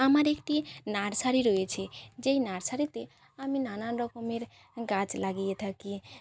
আমার একটি নার্সারি রয়েছে যেই নার্সারিতে আমি নানান রকমের গাছ লাগিয়ে থাকি